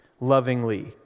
lovingly